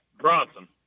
Bronson